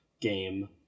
game